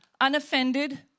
unoffended